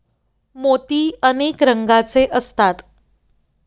मोती अनेक रंगांचे असतात